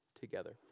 together